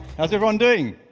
how's everyone doing?